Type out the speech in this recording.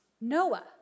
Noah